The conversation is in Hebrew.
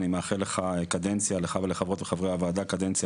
אני מאחל לך ולחברות וחברי הוועדה קדנציה